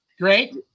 Great